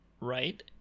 right